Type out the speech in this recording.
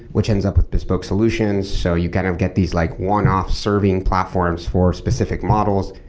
which ends up with bespoke solutions, so you kind of get these like one-off serving platforms for specific models.